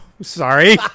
Sorry